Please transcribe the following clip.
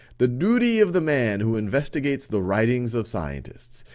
the duty of the man who investigates the writings of scientists,